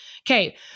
Okay